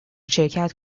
شرکت